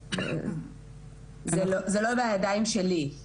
זה לא בידיים שלי.